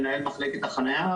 מנהל מחלקת החניה,